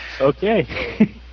okay